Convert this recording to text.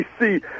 see